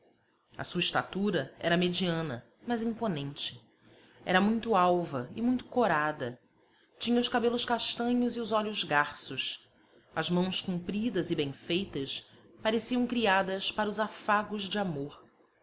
a sua estatura era mediana mas imponente era muito alva e muito corada tinha os cabelos castanhos e os olhos garços as mãos compridas e bem feitas pareciam criadas para os afagos de amor